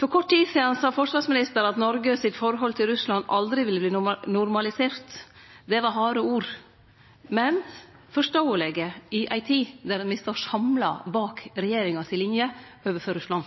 For kort tid sidan sa forsvarsministeren at Noreg sitt forhold til Russland aldri ville verte normalisert. Det var harde ord, men forståelege i eit tid då me står samla bak regjeringa si linje overfor Russland.